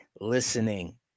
listening